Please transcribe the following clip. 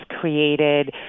created